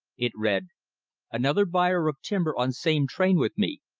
it read another buyer of timber on same train with me.